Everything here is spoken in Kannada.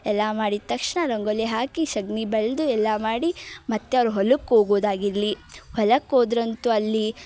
ಎಲ್ಲಾ ಮಾಡಿದ ತಕ್ಷಣ ರಂಗೋಲಿ ಹಾಕಿ ಸಗ್ಣಿ ಬಳ್ದು ಎಲ್ಲಾ ಮಾಡಿ ಮತ್ತೆ ಅವರು ಹೊಲಕ್ಕೆ ಹೋಗೋದಾಗಿರಲಿ ಹೊಲಕ್ಕೆ ಹೋದ್ರಂತು ಅಲ್ಲಿ